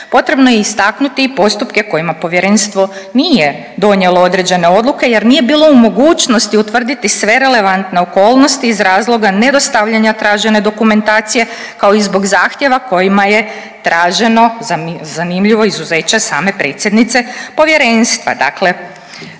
potrebno je istaknuti i postupke kojima povjerenstvo nije donijelo određene odluke jer nije bilo u mogućnosti utvrditi sve relevantne okolnosti iz razloga nedostavljanja tražene dokumentacije kao i zbog zahtjeva kojima je traženo, zanimljivo izuzeće same predsjednice povjerenstva.